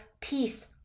peace